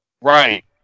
Right